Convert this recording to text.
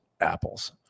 apples